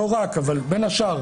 לא רק אבל בין השאר,